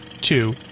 two